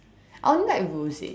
I only like rose